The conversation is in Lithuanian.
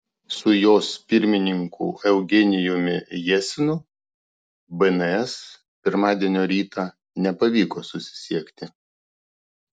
su jos pirmininku eugenijumi jesinu bns pirmadienio rytą nepavyko susisiekti